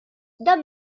dan